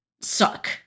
suck